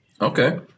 Okay